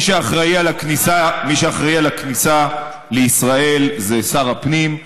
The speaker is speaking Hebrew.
מי שאחראי על הכניסה לישראל זה שר הפנים.